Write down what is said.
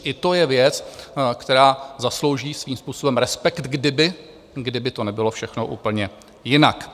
I to je věc, která zaslouží svým způsobem respekt, kdyby... kdyby to nebylo všechno úplně jinak.